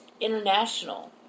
international